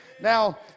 Now